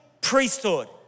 priesthood